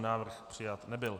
Návrh přijat nebyl.